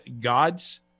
God's